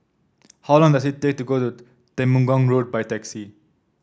how long does it take to get to Temenggong Road by taxi